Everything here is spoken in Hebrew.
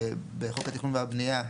שבחוק התכנון והבנייה,